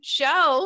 show